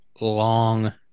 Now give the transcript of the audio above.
long